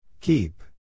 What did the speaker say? Keep